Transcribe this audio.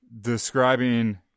describing